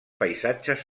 paisatges